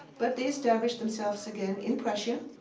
but they established themselves again in prussia.